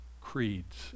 creeds